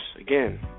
Again